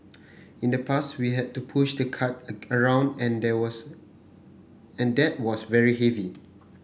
in the past we had to push the cart around and there was and that was very heavy